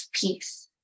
peace